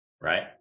right